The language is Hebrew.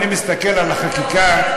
אני מסתכל על החקיקה,